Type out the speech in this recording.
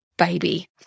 baby